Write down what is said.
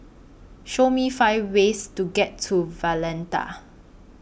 Show Me five ways to get to Valletta